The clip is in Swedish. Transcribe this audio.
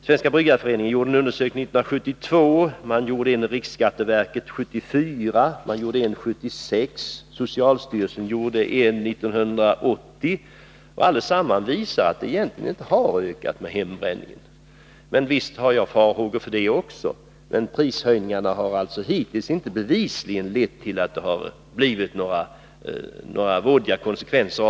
Svenska bryggareföreningen gjorde en undersökning 1972, riksskatteverket gjorde undersökningar 1974 och 1976 och socialstyrelsen gjorde en 1980, och alla visar att hembränningen egentligen inte har ökat. Visst har jag farhågor för att den skulle kunna öka, men prishöjningarna har alltså hittills inte bevisligen fått några vådliga konsekvenser.